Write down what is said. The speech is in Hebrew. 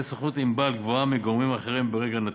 סוכנות "ענבל" גבוהה לעומת גורמים אחרים ברגע נתון.